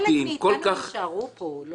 חלק מאיתנו עוד יישארו פה.